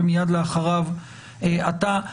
ומייד לאחריו אתה.